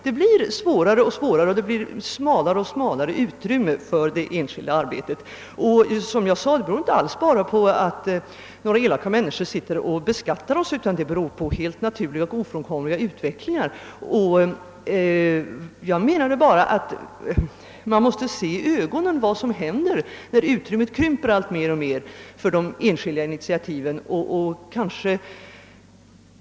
Det blir svårare och svårare, och det blir smalare och smalare utrymme för det enskilda arbetet. Som jag sade beror detta inte alls bara på att några elaka människor sitter och beskattar oss, utan på en helt naturlig och ofrånkomlig utveckling. Jag menade att man måste se klart vad som händer, när utrymmet krymper allt mer och mer för de enskilda initiativen.